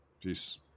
peace